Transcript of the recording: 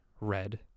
red